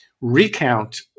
recount